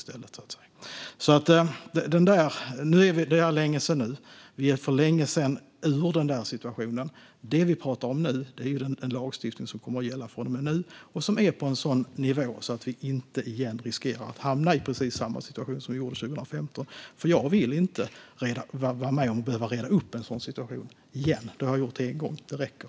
Det här var länge sedan, och vi är för länge sedan ur den situationen. Det vi pratar om nu är den lagstiftning som kommer att gälla från och med nu och som är på en sådan nivå att vi inte riskerar att hamna i precis samma situation som 2015. Jag vill inte vara med om att reda upp en sådan situation igen. Det har jag gjort en gång, och det räcker.